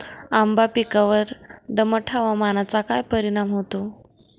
आंबा पिकावर दमट हवामानाचा काय परिणाम होतो?